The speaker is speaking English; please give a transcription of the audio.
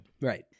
Right